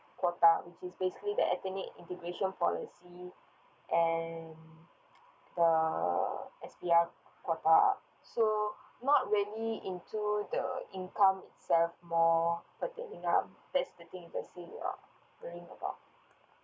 quota which is basically the ethnic integration policy and the S_P_R quota so not really into the income itself more that's the thing let's say you are doing about